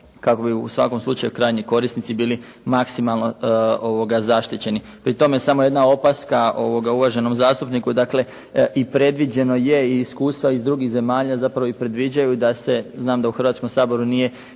kako bi u svakom slučaju krajnji korisnici biti maksimalno zaštićeni. Pri tome samo jedna opaska uvaženom zastupniku, i predviđeno je iz iskustva drugih zemalja zapravo predviđaju da se, znam da u Hrvatskom saboru nije